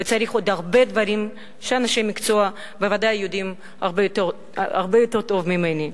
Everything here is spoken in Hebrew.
וצריך עוד הרבה דברים שאנשי מקצוע בוודאי יודעים הרבה יותר טוב ממני.